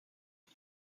het